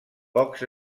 pocs